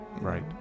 Right